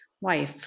wife